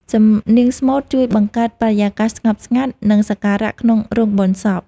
សំនៀងស្មូតជួយបង្កើតបរិយាកាសស្ងប់ស្ងាត់ និងសក្ការៈក្នុងរោងបុណ្យសព។